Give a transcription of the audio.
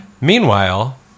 Meanwhile